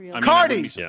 Cardi